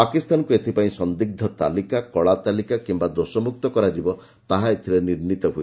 ପାକିସ୍ତାନକୁ ଏଥିପାଇଁ ସନ୍ଦିଗ୍ ତାଲିକା କଳାତାଲିକା କିମ୍ବା ଦୋଷ ମୁକ୍ତ କରାଯିବ ତାହା ଏଥିରେ ନିର୍ଣ୍ଣିତ ହେବ